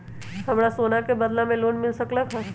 हमरा सोना के बदला में लोन मिल सकलक ह?